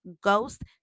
Ghost